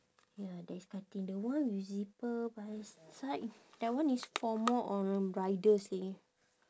ya there's cutting the one with zipper by side that one is for more on riders leh